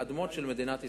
אדמות של מדינת ישראל.